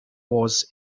was